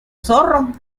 zorro